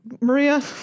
Maria